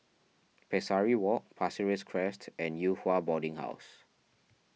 Pesari Walk Pasir Ris Crest and Yew Hua Boarding House